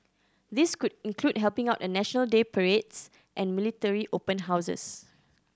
this could include helping out at National Day parades and military open houses